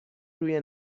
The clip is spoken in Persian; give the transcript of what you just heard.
روی